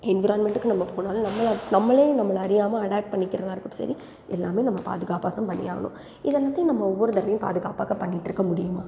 என்விராயின்மெண்ட்டுக்கு நம்ம போனாலும் நம்மளை நம்மளே நம்மளை அறியாமல் அடாப் பண்ணிக்கிறதாக இருக்கட்டும் சரி எல்லாமே நம்ம பாதுகாப்பாக தான் பண்ணியாகணும் இது எல்லாத்தையும் நம்ம ஒவ்வொரு தடவையும் பாதுகாப்பாக பண்ணிட்டுருக்க முடியுமா